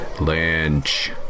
Lynch